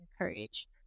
encourage